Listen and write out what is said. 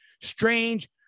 Strange